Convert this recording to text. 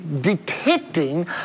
depicting